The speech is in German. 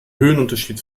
höhenunterschied